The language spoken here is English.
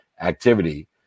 activity